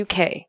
UK